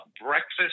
breakfast